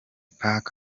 pac